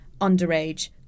underage